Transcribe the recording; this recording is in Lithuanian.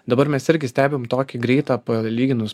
dabar mes irgi stebim tokį greitą palyginus